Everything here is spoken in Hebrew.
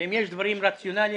ואם יש דברים רציונליים,